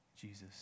Jesus